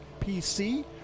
PC